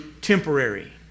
temporary